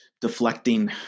deflecting